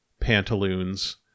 pantaloons